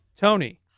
Tony